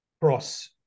cross